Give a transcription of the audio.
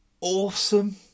awesome